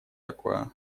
такое